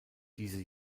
diese